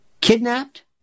kidnapped